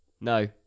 No